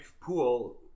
pool